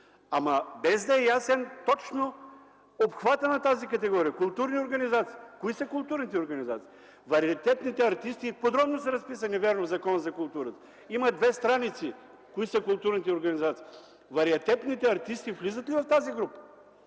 НОИ, без да е ясен точно обхватът на тази категория културни организации. Кои са културните организации? Подробно са разписани в Закона за културата. Има две страници кои са културните организации. Вариететните артисти влизат ли в тази група?